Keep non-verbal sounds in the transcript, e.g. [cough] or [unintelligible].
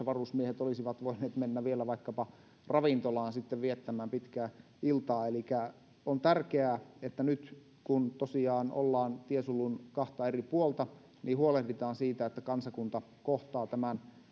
[unintelligible] varusmiehet olisivat voineet mennä vielä vaikkapa ravintolaan viettämään pitkää iltaa elikkä on tärkeää että nyt kun tosiaan ollaan tiesulun kahta eri puolta niin huolehditaan siitä että kansakunta kohtaa tämän